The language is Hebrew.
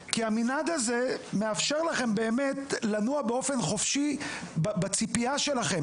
כי המנעד הזה מאפשר לכם לנוע באופן באמת חופשי בציפייה שלכם,